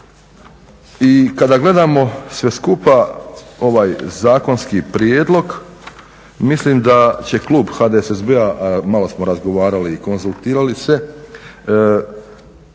I kada gledamo sve skupa ovaj zakonski prijedlog mislim da će klub HDSSB-a, malo smo razgovarali i konzultirali se